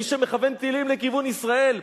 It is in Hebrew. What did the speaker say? מי שמכוון טילים לכיוון ישראל.